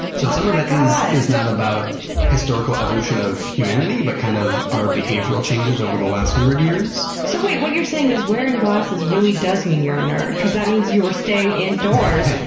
so some of like it is not about historical evolution of humanity, but kind of, our behavioral changes over the last hundred years. so wait, what you're saying is wearing glasses really does mean you're a nerd because that means you were staying indoors,